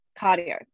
cardio